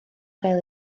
gael